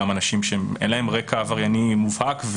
גם אנשים שאין להם רקע עברייני מובהק.